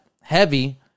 heavy